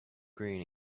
green